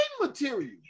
material